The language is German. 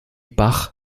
bach